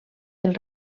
del